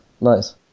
Nice